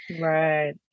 Right